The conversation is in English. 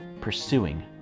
pursuing